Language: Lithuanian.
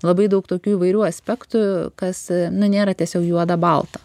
labai daug tokių įvairių aspektų kas nu nėra tiesiog juoda balta